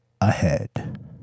ahead